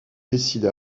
décide